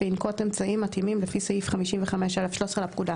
וינקוט אמצעים מתאימים לפי סעיף 55א13 לפקודה.